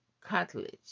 cartilage